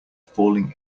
falling